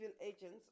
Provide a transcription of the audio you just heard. agents